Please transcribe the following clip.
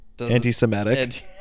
anti-Semitic